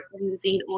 using